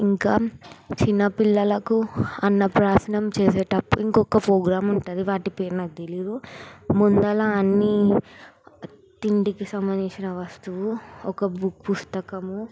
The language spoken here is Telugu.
ఇంకా చిన్నపిల్లలకు అన్నప్రాసన చేసేటప్పుడు ఇంకొక పోగ్రాం ఉంటుంది వాటి పేరు నాకు తెలియదు ముందర అన్నీ తిండికి సంబంధించిన వస్తువు ఒక బుక్ పుస్తకము